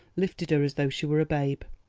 lifted her as though she were a babe.